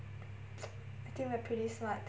I think I'm pretty smart